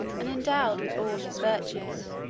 and endowed with all his virtues